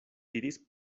diris